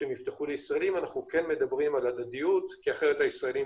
שהם יפתחו לישראלים אנחנו כן מדברים על הדדיות כי אחרת הישראלים,